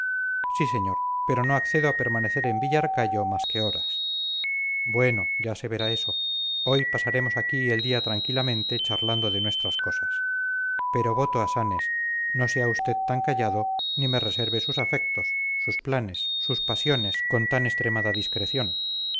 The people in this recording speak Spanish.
sí señor pero no accedo a permanecer en villarcayo más que horas bueno ya se verá eso hoy pasaremos aquí el día tranquilamente charlando de nuestras cosas pero voto a sanes no sea usted tan callado ni me reserve sus afectos sus planes sus pasiones con tan extremada discreción